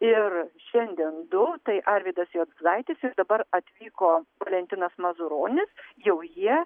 ir šiandien du tai arvydas juozaitis ir dabar atvyko valentinas mazuronis jau jie